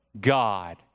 God